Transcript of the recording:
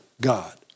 God